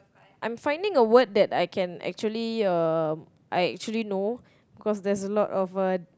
I'm finding a word that I can actually um I actually know cause there's a lot of uh